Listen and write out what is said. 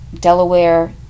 Delaware